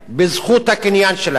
בזכות הקניין שלהם.